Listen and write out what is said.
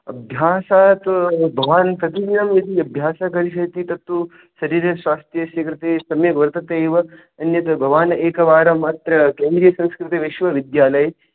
अभ्यासात्तु भवान् प्रतिदिनं यदि अभ्यासः करिष्यति तत्तु शरीरस्वास्थ्यस्य कृते सम्यक् वर्तते एव अन्यत् भवान् एकवारम् अत्र केन्द्रीयसंस्कृतविश्वविद्यालये